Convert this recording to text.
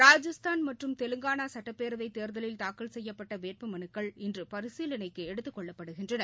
ராஜஸ்தான் மற்றும் தெலங்கானாசட்டப்பேரவைத் தேர்தலில் தாக்கல் செய்யப்பட்டவேட்புமனுக்கள் இன்றுபரிசீலனைக்குஎடுத்துக் கொள்ளப்டுகின்றன